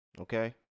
okay